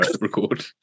record